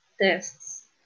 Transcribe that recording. tests